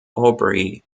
aubrey